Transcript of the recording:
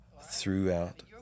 throughout